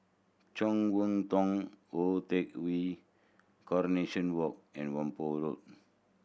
Chong Hua Tong Tou Teck Hwee Coronation Walk and Whampoa Road